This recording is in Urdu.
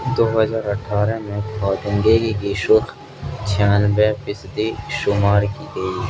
دو ہزار اٹھارہ میں خواندگی کی شوخ چھیانوے فیصدی شمار کی گئی